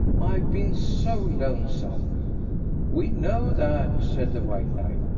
i've been so lonesome we know that, said the white knight.